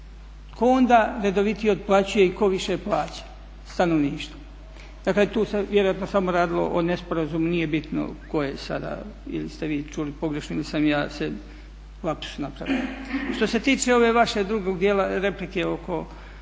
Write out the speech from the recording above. Tko onda redovitije otplaćuje i tko više plaća? Stanovništvo. Dakle tu se vjerojatno samo radilo o nesporazumu, nije bitno tko je sada, ili ste vi čuli pogrešno ili sam ja lapsus napravio. Što se tiče ove vaše drugog dijela replike oko